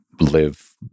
live